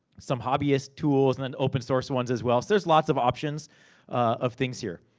some hobbyist tools, and then open source ones as well. so, there's lots of options of things here.